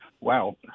wow